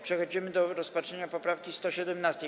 Przechodzimy do rozpatrzenia poprawki 117.